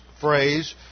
phrase